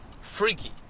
freaky